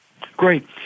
Great